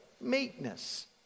meekness